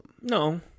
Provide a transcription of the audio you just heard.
no